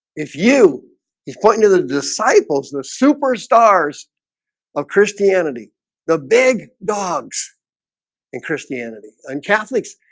if you he's pointing to the disciples the superstars of christianity the big dogs in christianity and catholics,